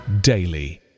daily